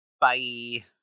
Bye